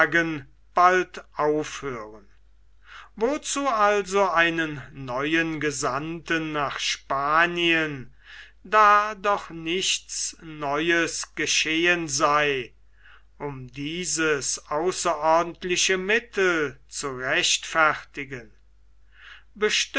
bald aufhören wozu also einen neuen gesandten nach spanien da doch nichts neues geschehen sei um dieses außerordentliche mittel zu rechtfertigen